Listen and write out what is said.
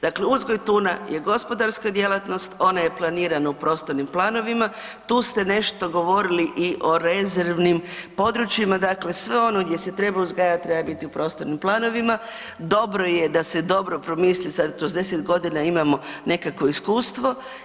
Dakle, uzgoj tuna je gospodarska djelatnost, ona je planirana u prostornim planovima, tu ste nešto govorili i o rezervnim područjima, dakle sve ono gdje se treba uzgajati treba biti u prostornim planovima, dobro je da se dobro promisli, sada tu 10 godina imamo nekakvo iskustvo.